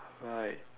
right